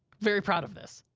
very proud of this.